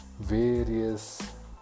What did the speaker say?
various